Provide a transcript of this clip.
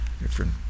different